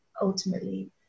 ultimately